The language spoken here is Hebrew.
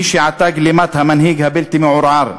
מי שעטה את גלימת המנהיג הבלתי-מעורער,